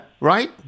right